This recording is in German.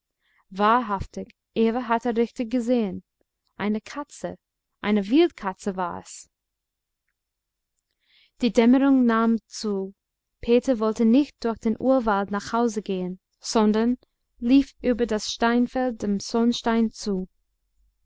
wahrhaftig eva hatte richtig gesehen eine katze eine wildkatze war es die dämmerung nahm zu peter wollte nicht durch den urwald nach hause gehen sondern lief über das steinfeld dem sonnstein zu